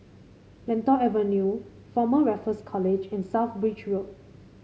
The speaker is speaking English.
Lentor Avenue Former Raffles College and South Bridge Road